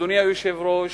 אדוני היושב-ראש,